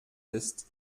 ist